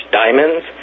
diamonds